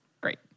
Great